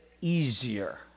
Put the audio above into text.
easier